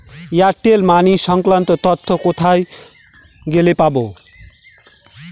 Airtel money সংক্রান্ত তথ্য কোথায় গেলে পাব?